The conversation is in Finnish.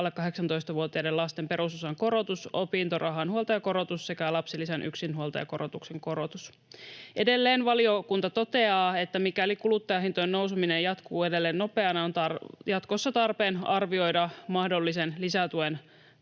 alle 18‑vuotiaiden lasten perusosan korotus, opintorahan huoltajakorotus sekä lapsilisän yksinhuoltajakorotuksen korotus. Edelleen valiokunta toteaa, että mikäli kuluttajahintojen nouseminen jatkuu edelleen nopeana, on jatkossa tarpeen arvioida mahdollisen lisätuen